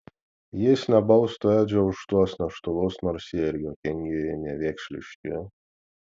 jis nebaustų edžio už tuos neštuvus nors jie ir juokingi nevėkšliški